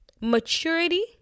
Maturity